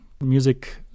music